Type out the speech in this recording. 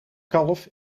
kalf